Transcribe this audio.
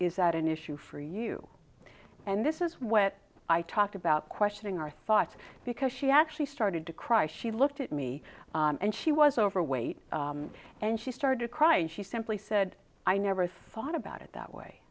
is that an issue for you and this is what i talk about questioning our thoughts because she actually started to cry she looked at me and she was overweight and she started to cry and she simply said i never thought about it that way